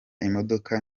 imodoka